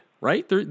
right